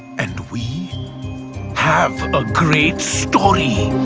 and we have a great story.